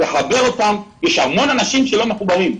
תחבר אותם, יש המון אנשים שלא מחוברים.